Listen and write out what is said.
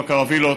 בקרווילות.